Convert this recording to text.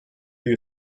you